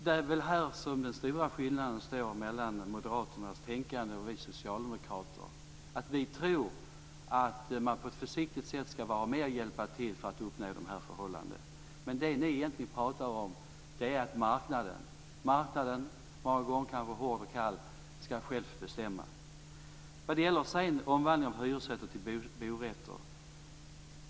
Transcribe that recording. Det är väl här den stora skillnaden finns mellan moderaternas tänkande och oss socialdemokrater. Vi tror att man på ett försiktigt sätt ska vara med och hjälpa till för att uppnå de här förhållandena. Men det ni egentligen pratar om är att marknaden, som många gånger kan vara hård och kall, själv ska bestämma. Sedan gäller det omvandlingen av hyresrätter till bostadsrätter.